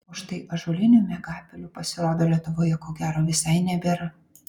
o štai ąžuolinių miegapelių pasirodo lietuvoje ko gero visai nebėra